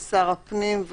לישראל?